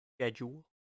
Schedule